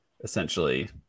essentially